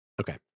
okay